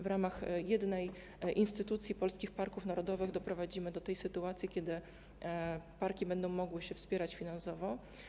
W ramach jednej instytucji polskich parków narodowych doprowadzimy do sytuacji, w której parki będą mogły się wspierać finansowo.